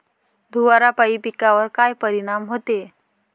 धुवारापाई पिकावर का परीनाम होते?